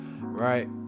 right